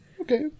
Okay